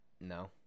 No